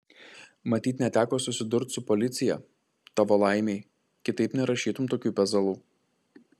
matyt neteko susidurt su policija tavo laimei kitaip nerašytum tokių pezalų